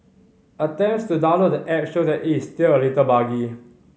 attempts to download the app show that is still a little buggy